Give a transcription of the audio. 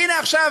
והנה עכשיו,